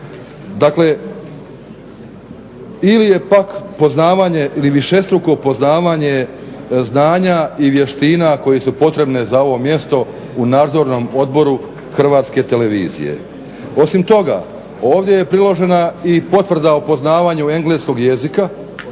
Dakle, ili je pak poznavanje ili višestruko poznavanje znanja i vještina koje su potrebne za ovo mjesto u Nadzornom odboru HRT-a. Osim toga ovdje je priložena i potvrda o poznavanju engleskog jezika